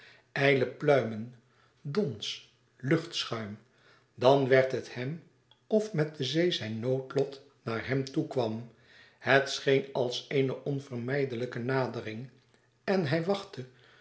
ijle pluimen dons luchtschuim dan werd het hem of met de zee zijn noodlot naar hem toekwam het scheen als eene onvermijdelijke nadering en hij wachtte